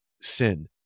sin